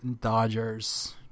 Dodgers